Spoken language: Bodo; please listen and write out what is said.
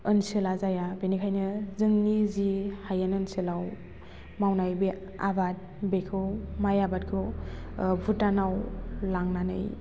ओनसोला जाया बेनिखायनो जोंनि जि हायेन ओनसोलाव मावनाय बे आबाद बेखौ माइ आबादखौ भुटानआव लांनानै